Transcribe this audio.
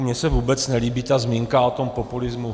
Mně se vůbec nelíbí ta zmínka o populismu.